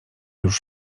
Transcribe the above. już